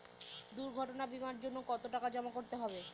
দুর্ঘটনা বিমার জন্য কত টাকা জমা করতে হবে?